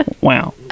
wow